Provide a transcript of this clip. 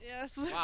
Yes